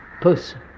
person